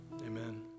amen